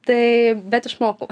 tai bet išmokau